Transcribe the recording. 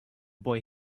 boy